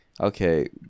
okay